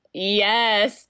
Yes